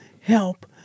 help